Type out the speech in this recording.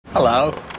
Hello